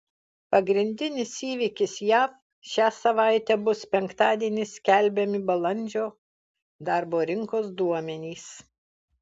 pagrindinis įvykis jav šią savaitę bus penktadienį skelbiami balandžio darbo rinkos duomenys